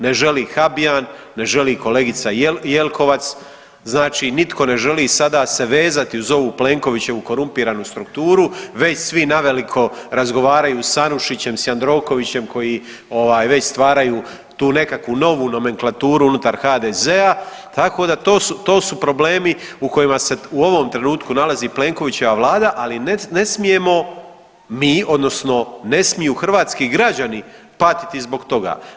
Ne želi Habijan, ne želi kolegica Jelkovac, znači nitko ne želi sada se vezati uz ovu Plenkovićevu korumpiranu strukturu, već svi naveliko razgovaraju s Anušićem, s Jandrokovićem koji već stvaraju tu nekakvu novu nomenklaturu unutar HDZ-a, tako da, to su problemi u kojima se u ovom trenutku nalazi Plenkovićeva Vlada, ali ne smijemo mi, odnosno ne smiju hrvatskih građani patiti zbog toga.